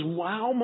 wow